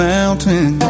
Mountain